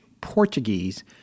Portuguese